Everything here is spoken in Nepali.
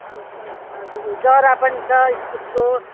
अन्त हजुर जरा पनि छ इस्कुसको